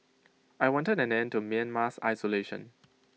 I wanted an end to Myanmar's isolation